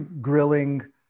grilling